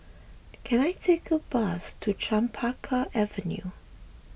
can I take a bus to Chempaka Avenue